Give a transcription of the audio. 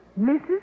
Mrs